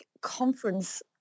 conference